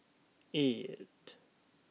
eight